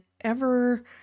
ever-